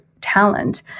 talent